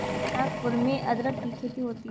नागपुर में अदरक की खेती होती है